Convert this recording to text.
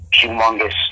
humongous